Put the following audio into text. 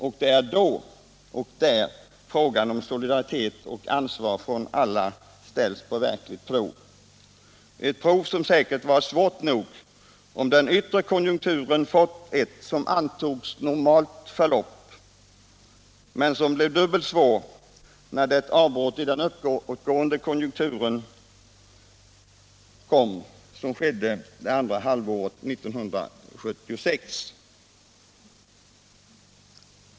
Och det är då och där frågan om solidaritet och ansvar ställs på verkligt prov — ett prov som säkert varit svårt nog om den yttre konjunkturen fått ett som det antogs normalt förlopp men som blev dubbelt svårt med det avbrott i den uppåtgående konjunkturen som kom under andra halvåret 1976.